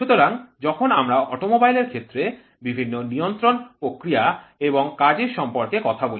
সুতরাং যখন আমরা অটোমোবাইলের ক্ষেত্রে বিভিন্ন নিয়ন্ত্রণ প্রক্রিয়া এবং কাজের সম্পর্কে কথা বলি